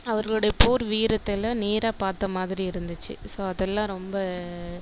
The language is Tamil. அவர்களுடைய போர் வீரத்தைலாம் நேராக பார்த்த மாதிரி இருந்துச்சு ஸோ அதெல்லாம் ரொம்ப